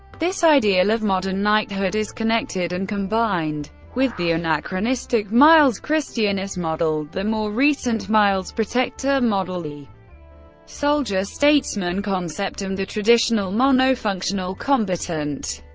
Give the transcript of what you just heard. this ideal of modern knighthood is connected and combined with the anachronistic miles christianus model, the more recent miles protector model, the soldier-statesman concept, and um the traditional monofunctional combatant.